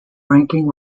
ranking